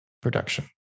production